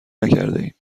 نکردهایم